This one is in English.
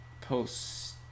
Post